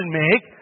make